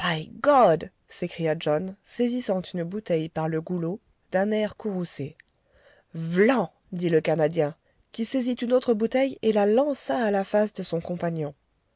s'écria john saisissant une bouteille par le goulot d'un air courroucé v'lan dit le canadien qui saisit une autre bouteille et la lança à la face de son compagnon